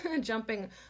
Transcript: jumping